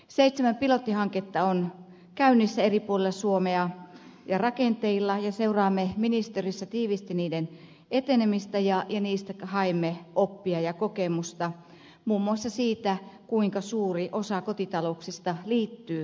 seitsemän pilottihanketta on käynnissä ja rakenteilla eri puolilla suomea ja seuraamme ministeriössä tiiviisti niiden etenemistä ja niistä haemme oppia ja kokemusta muun muassa siitä kuinka suuri osa kotitalouksista liittyy verkkoon